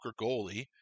goalie